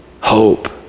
hope